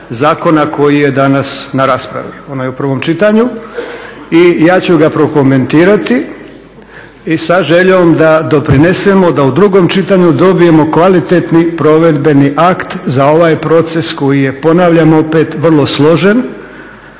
koji je danas na raspravi onaj u prvom čitanju. I ja ću ga prokomentirati i sa željom da doprinesemo da u drugom čitanju dobijemo kvalitetni provedbeni akt za ovaj proces koji je, ponavljam opet, vrlo složen,